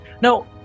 No